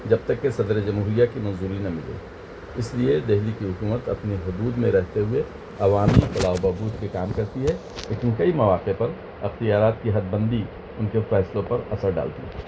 جب تک کہ صدر جمہوریہ کی منظوری نہ ملے اس لیے دہلی کی حکومت اپنے حدود میں رہتے ہوئے عوامی فلاح و بہود پہ کام کرتی ہے لیکن کئی مواقع پر اختیارات کی حد بندی ان کے فیصلوں پر اثر ڈالتی ہے